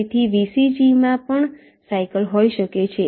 તેથી VCG માં પણ સાઇકલ હોઈ શકે છે